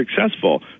successful